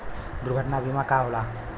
दुर्घटना बीमा का होला?